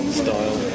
style